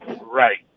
Right